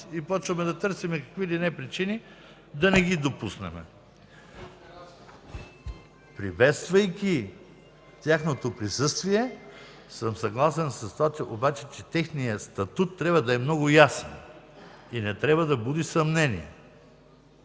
и почваме да търсим какви ли не причини да не ги допуснем. Приветствайки тяхното присъствие съм съгласен с това обаче, че техният статут трябва да е много ясен и не трябва да буди съмнение.